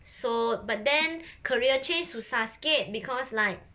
so but then career change susah sikit because like